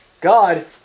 God